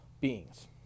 beings